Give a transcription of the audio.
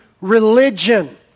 religion